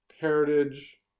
heritage